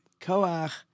koach